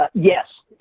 ah yes,